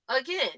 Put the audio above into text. Again